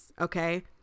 okay